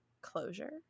closure